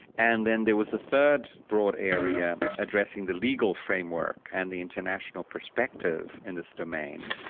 and then there was a third broad area addressing the legal framework and the international perspective in this domain.